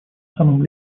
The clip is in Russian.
самым